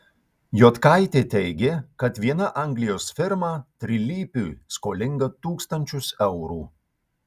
jotkaitė teigė kad viena anglijos firma trilypiui skolinga tūkstančius eurų